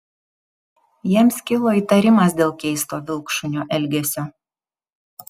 jiems kilo įtarimas dėl keisto vilkšunio elgesio